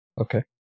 okay